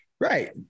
Right